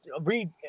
read